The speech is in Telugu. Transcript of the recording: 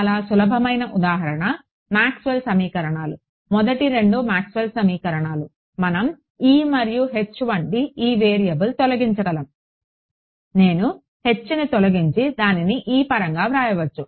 చాలా సులభమైన ఉదాహరణ మాక్స్వెల్ సమీకరణాలు మొదటి రెండు మాక్స్వెల్ సమీకరణాలు మనం E మరియు H వంటి ఒక వేరియబుల్ని తొలగించగలము నేను Hని తొలగించి దానిని E పరంగా వ్రాయవచ్చు